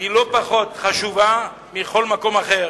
לא פחות חשובה מכל מקום אחר.